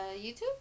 YouTube